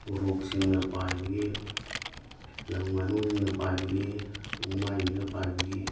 ꯎꯔꯣꯛꯁꯤꯡꯅ ꯄꯥꯏꯕꯒꯤ ꯂꯝ ꯉꯥꯅꯨꯁꯤꯡꯅ ꯄꯥꯏꯕꯒꯤ ꯎꯃꯥꯏꯕꯤꯅ ꯄꯥꯏꯕꯒꯤ